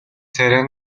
царай